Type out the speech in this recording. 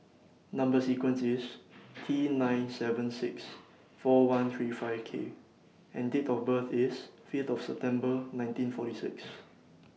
Number sequence IS T nine seven six four one three five K and Date of birth IS Fifth of September nineteen forty six